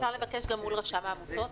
אפשר גם מול רשם העמותות?